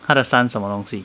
他的 son 什么东西